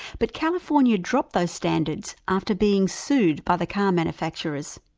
but california dropped those standards after being sued by the car manufacturers.